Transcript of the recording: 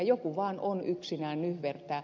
joku vaan on yksinään nyhvertää